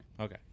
Okay